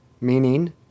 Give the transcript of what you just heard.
Meaning